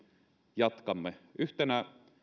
jatkamme yhtenä